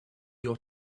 your